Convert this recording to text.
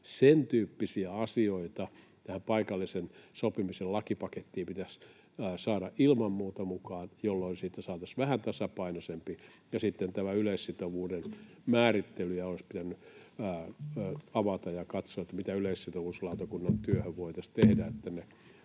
Sentyyppisiä asioita tähän paikallisen sopimisen lakipakettiin pitäisi saada ilman muuta mukaan, jolloin siitä saataisiin vähän tasapainoisempi. Ja sitten tämän yleissitovuuden määrittelyjä olisi pitänyt avata ja katsoa, mitä yleissitovuuslautakunnan työssä voitaisiin tehdä,